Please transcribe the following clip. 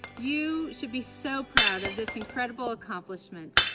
you should be so proud of this incredible accomplishment.